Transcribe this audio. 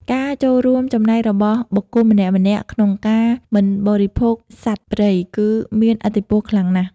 ការចូលរួមចំណែករបស់បុគ្គលម្នាក់ៗក្នុងការមិនបរិភោគសត្វព្រៃគឺមានឥទ្ធិពលខ្លាំងណាស់។